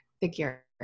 figure